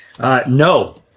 No